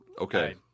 Okay